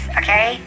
okay